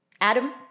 Adam